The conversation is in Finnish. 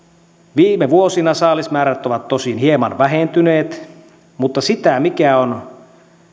viime vuosina saalismäärät ovat tosin hieman vähentyneet mutta sitä mikä on